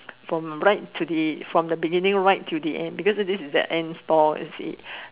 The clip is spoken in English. from right from the beginning right to the end because this is a end stall